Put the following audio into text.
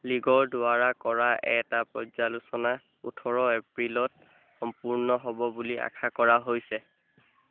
লীগৰ দ্বাৰা কৰা এটা পৰ্য্যালোচনা ওঠৰ এপ্ৰিলত সম্পূৰ্ণ হ'ব বুলি আশা কৰা হৈছে